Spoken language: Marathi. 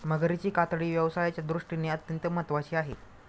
मगरीची कातडी व्यवसायाच्या दृष्टीने अत्यंत महत्त्वाची आहे